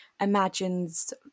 imagines